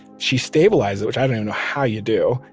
she stabilized it, which i don't even know how you do,